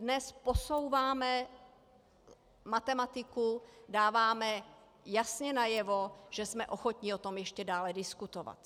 Pokud dnes posouváme matematiku, dáváme jasně najevo, že jsme ochotni o tom ještě dále diskutovat.